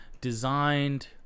designed